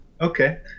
Okay